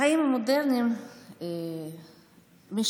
החיים המודרניים משתנים,